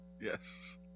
Yes